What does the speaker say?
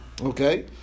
Okay